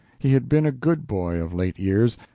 he had been a good boy of late years,